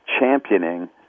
championing